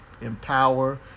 empower